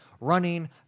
running